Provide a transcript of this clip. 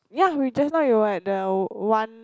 yeah we just now we were at the one